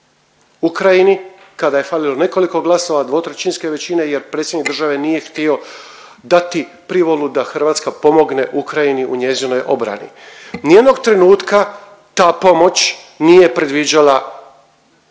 Ukrajini, kada je falilo nekoliko glasova dvotrećinske većine jer predsjednik države nije htio dati privolu da Hrvatska pomogne Ukrajini u njezinoj obrani. Nijednog trenutka ta pomoć nije predviđala hrvatsku